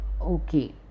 Okay